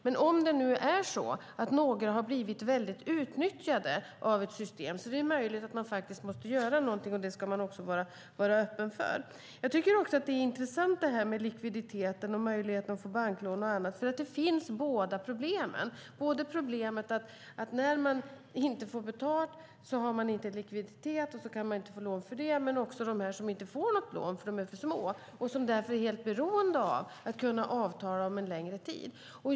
Men om det nu är så att några har blivit illa utnyttjade av ett system är det möjligt att man måste göra någonting. Det ska man vara öppen för. Det här med likviditeten och möjligheten att få banklån och annat är också intressant. Båda problemen finns: När man inte får betalt har man inte likviditet och kan därför inte få lån, men vissa får inte något lån för att de är för små och är därför helt beroende av att kunna avtala om en längre tid.